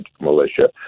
militia